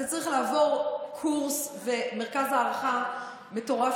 אתה צריך לעבור קורס ומרכז הערכה מטורף,